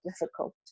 difficult